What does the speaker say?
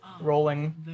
rolling